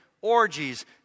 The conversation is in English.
orgies